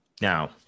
now